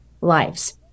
lives